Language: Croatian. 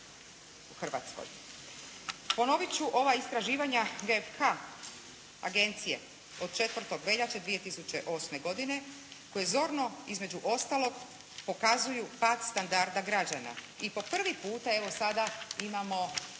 u Hrvatskoj. Ponovit ću ova istraživanja GFK agencije od 4. veljače 2008. godine koji zorno između ostalog pokazuju pad standarda građana i po prvi puta evo sada imamo